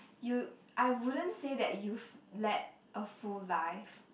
you I wouldn't say that you've led a full life